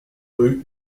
rue